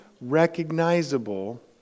recognizable